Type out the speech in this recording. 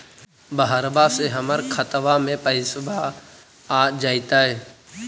बहरबा से हमर खातबा में पैसाबा आ जैतय?